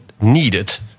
needed